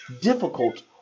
difficult